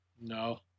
No